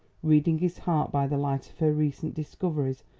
reading his heart by the light of her recent discoveries,